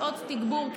שעות תגבור,